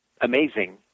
amazing